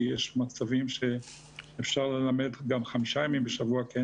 כי יש מצבים שאפשר ללמד גם חמישה ימים בשבוע כי אין